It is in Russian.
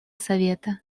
совета